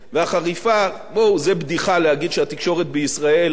זאת בדיחה להגיד שהתקשורת בישראל היא שבויה של